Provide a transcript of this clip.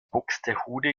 buxtehude